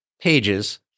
Pages